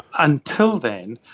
until then,